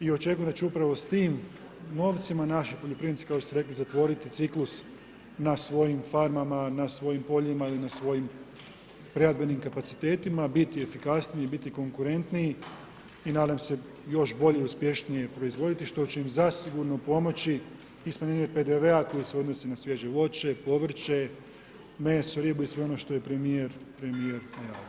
I očekujem da će upravo s tim novcima naši poljoprivrednici kao što te rekli zatvoriti ciklus na svojim farmama, na svojim poljima ili na svojim … kapacitetima biti efikasniji, biti konkurentniji i nadam se još bolje i uspješnije proizvoditi što će im zasigurno pomoći i smanjenju PDV-a koji se odnosi na svježe voće i povrće, meso, ribu i sve ono što je premijer najavio.